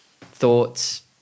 thoughts